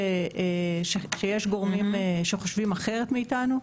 שיש גורמים שחושבים אחרת מאיתנו,